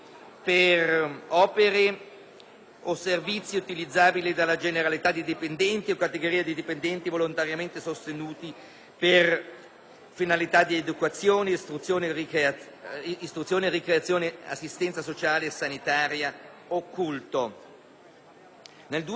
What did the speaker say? o servizi utilizzabili dalla generalità dei dipendenti o categorie di dipendenti volontariamente sostenute per finalità di educazione, istruzione, ricreazione, assistenza sociale e sanitaria o culto.